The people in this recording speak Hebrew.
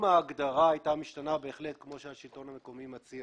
אם ההגדרה הייתה משתנה כפי שהשלטון המקומי מציע